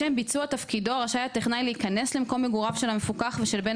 לשם ביצוע תפקידו רשאי הטכנאי להיכנס למקום מגוריו של המפוקח ושל בן